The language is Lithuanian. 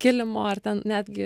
kilimo ar ten netgi